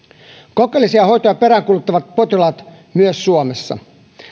kokeellisia hoitoja peräänkuuluttavat potilaat myös suomessa